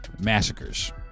massacres